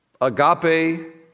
Agape